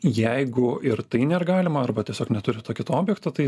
jeigu ir tai nėr galima arba tiesiog neturit to kito objekto tai